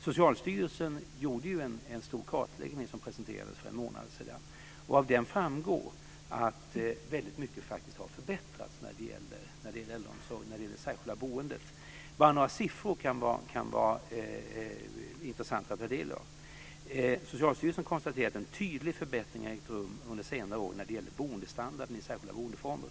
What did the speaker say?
Socialstyrelsen har gjort en stor kartläggning, som presenterades för en månad sedan, och av den framgår att väldigt mycket faktiskt har förbättrats när det gäller äldreomsorgen och det särskilda boendet. Några siffror kan vara intressanta att ta del av. Socialstyrelsen konstaterar att en tydlig förbättring har ägt rum under senare år när det gäller boendestandarden i särskilda boendeformer.